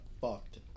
fucked